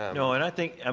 no, and i think, um